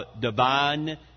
divine